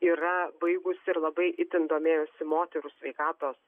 yra baigusi ir labai itin domėjosi moterų sveikatos